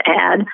add